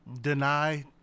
Deny